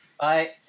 Bye